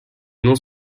noms